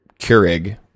Keurig